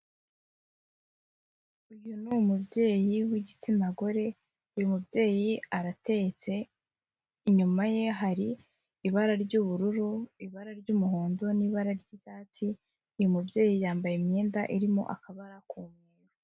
Uyu ni umubyeyi w'igitsina gore, uyu mubyeyi aratetse inyuma ye hari ibara ry'ubururu, ibara ry'umuhondo n'ibara ry'icyatsi, uyu mubyeyi yambaye imyenda irimo akabara kumye.